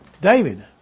David